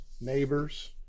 neighbors